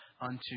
unto